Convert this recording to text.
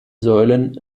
säulen